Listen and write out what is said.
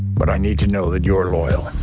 but i need to know that you're loyal.